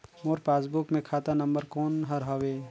मोर passbook मे खाता number कोन हर हवे?